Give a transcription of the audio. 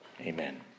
Amen